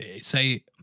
say